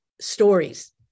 stories